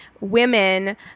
women